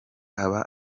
aba